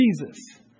Jesus